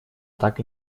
так